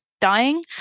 dying